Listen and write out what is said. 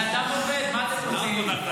בן אדם עובד, מה אתם רוצים.